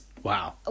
Wow